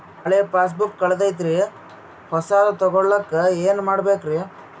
ಹಳೆ ಪಾಸ್ಬುಕ್ ಕಲ್ದೈತ್ರಿ ಹೊಸದ ತಗೊಳಕ್ ಏನ್ ಮಾಡ್ಬೇಕರಿ?